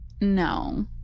No